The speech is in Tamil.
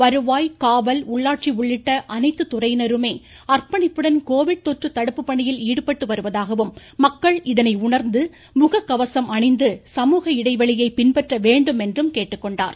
வருவாய் காவல் உள்ளாட்சி உள்ளிட்ட அனைத்து துறையினருமே அர்ப்பணிப்புடன் கோவிட் தொற்று தடுப்பு பணியில் ஈடுபட்டு வருவதாகவும் மக்கள் இதனை உணா்ந்து முக கவசம் அணிந்து சமூக இடைவெளியை பின்பற்ற வேண்டும் என்றும் கேட்டுக்கொண்டார்